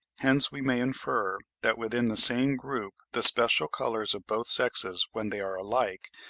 hence we may infer that within the same group the special colours of both sexes when they are alike,